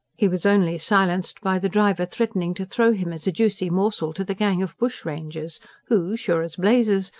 he was only silenced by the driver threatening to throw him as a juicy morsel to the gang of bushrangers who, sure as blazes,